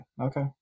Okay